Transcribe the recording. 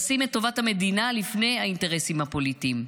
לשים את טובת המדינה לפני האינטרסים הפוליטיים.